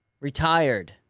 Retired